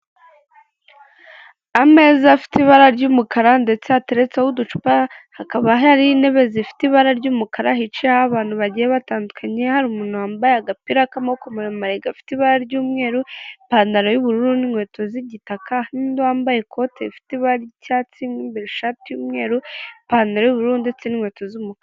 Ameza afite ibara ry'umukara ndetse hateretseho uducupa, hakaba hari intebe zifite ibara ry'umukara hicayeho abantu bagiye batandukanye, hari umuntu wambaye agapira k'amabokoko maremare gafite ibara ry'umweru, ipantaro y'ubururu n'inkweto z'igitaka n'undi wambaye ikote rifite ibara ry'icyatsi n'imbere ishati y'umweru, ipantaro y'ubururu ndetse n'inkweto z'umukara.